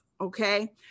Okay